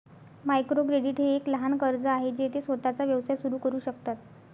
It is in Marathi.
मायक्रो क्रेडिट हे एक लहान कर्ज आहे जे ते स्वतःचा व्यवसाय सुरू करू शकतात